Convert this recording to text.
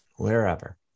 wherever